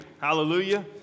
Hallelujah